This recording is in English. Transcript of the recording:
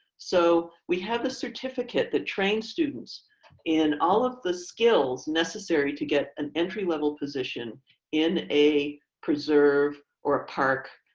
so we have a certificate that trains students in all of the skills necessary to get an entry level position in a preserve or a park